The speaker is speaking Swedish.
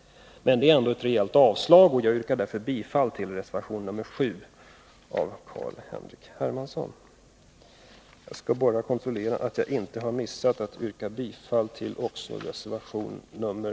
Det är ändå ett rejält avstyrkande, och jag yrkar därför bifall till vår reservation nr 7 av Carl-Henrik Hermansson. Samtidigt ber jag att få yrka bifall till reservation nr 6.